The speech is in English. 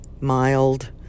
mild